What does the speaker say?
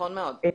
נכון מאוד.